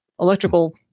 electrical